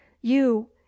You